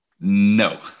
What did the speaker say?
no